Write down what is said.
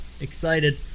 excited